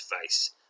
face